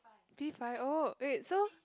give five oh wait so